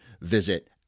visit